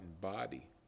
body